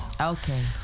Okay